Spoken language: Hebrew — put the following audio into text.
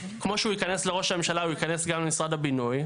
כמו שהוא ייכנס לראש הממשלה הוא ייכנס גם למשרד הבינוי,